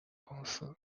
公司